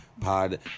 Pod